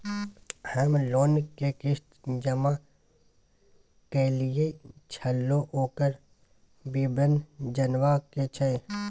हम लोन के किस्त जमा कैलियै छलौं, ओकर विवरण जनबा के छै?